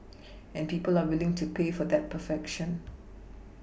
and people are willing to pay for that perfection